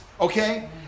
okay